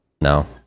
No